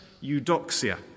Eudoxia